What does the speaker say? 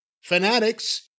Fanatics